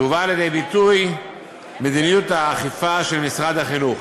תובא לידי ביטוי מדיניות האכיפה של משרד החינוך,